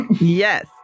Yes